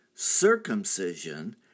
Circumcision